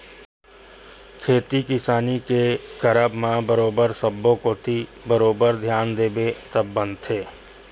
खेती किसानी के करब म बरोबर सब्बो कोती बरोबर धियान देबे तब बनथे